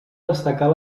destacar